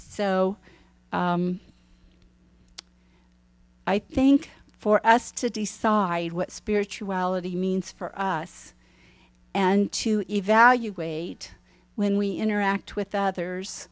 so i think for us to decide what spirituality means for us and to evaluate when we interact with others